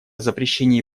запрещении